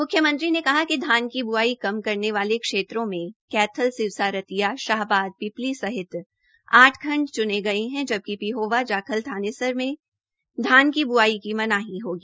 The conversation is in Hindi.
म्ख्यमंत्री ने कहा कि धान की ब्आई कम करने वाले क्षेत्रों में कैथल सिरसा रतिया शाहबाद पिपली सहित आठ खंड च्ने गये है जबकि पिहोवा जाखल थानेसर में धान की ब्आई की मनाही होगी